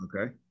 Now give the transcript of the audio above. Okay